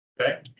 Okay